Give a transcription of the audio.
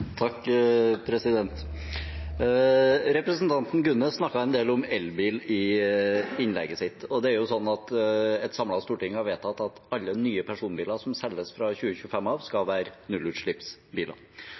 Representanten Gunnes snakket en del om elbil i innlegget sitt, og det er jo sånn at et samlet storting har vedtatt at alle nye personbiler som selges fra 2025 av,